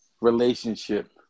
relationship